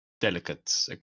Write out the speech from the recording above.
delicate